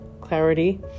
clarity